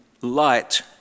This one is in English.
light